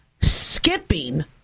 skipping